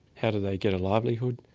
how do they get a livelihood,